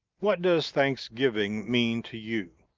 what does thanksgiving mean to you?